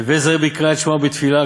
הווי זהיר בקריאת שמע ובתפילה,